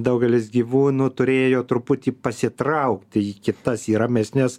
daugelis gyvūnų turėjo truputį pasitraukti į kitas į ramesnes